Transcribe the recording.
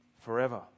forever